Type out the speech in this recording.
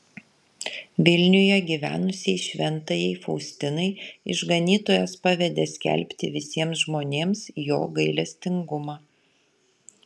vilniuje gyvenusiai šventajai faustinai išganytojas pavedė skelbti visiems žmonėms jo gailestingumą